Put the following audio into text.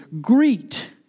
greet